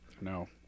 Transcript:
No